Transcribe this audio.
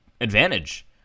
advantage